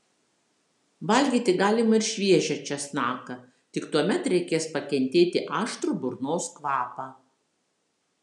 valgyti galima ir šviežią česnaką tik tuomet reikės pakentėti aštrų burnos kvapą